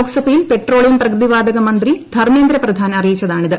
ലോക്സഭയിൽ പെട്രോളിയം പ്രകൃതിവാതക മന്ത്രി ധർമ്മേന്ദ്ര പ്രധാൻ അറിയിച്ചതാണിത്